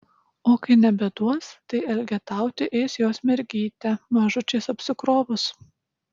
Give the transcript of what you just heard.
o kai nebeduos tai elgetauti eis jos mergytė mažučiais apsikrovus